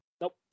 Nope